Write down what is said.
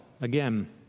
again